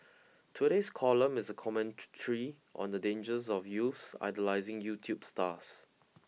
today's column is a commentary on the dangers of youths idolizing YouTube stars